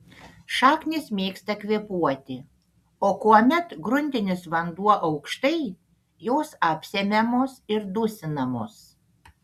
šaknys mėgsta kvėpuoti o kuomet gruntinis vanduo aukštai jos apsemiamos ir dusinamos